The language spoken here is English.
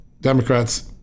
Democrats